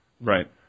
Right